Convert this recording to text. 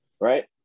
right